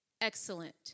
excellent